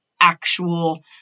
actual